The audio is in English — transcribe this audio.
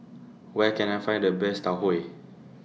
Where Can I Find The Best Tau Huay